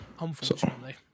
Unfortunately